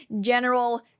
general